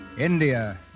India